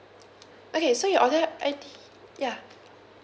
okay so your order I_D yeah